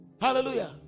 Hallelujah